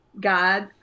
God